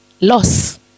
loss